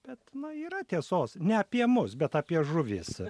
bet na yra tiesos ne apie mus bet apie žuvis